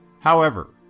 however,